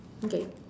okay